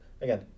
again